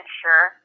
sure